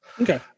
okay